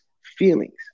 feelings